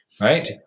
Right